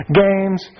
games